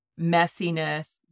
messiness